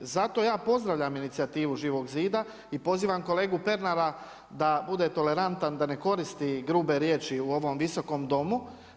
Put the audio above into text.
Zato ja pozdravljam inicijativu Živog zida i pozivam kolegu Pernara da bude tolerantan, da ne koristi grube riječi u ovom Visokom domu.